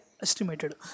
Estimated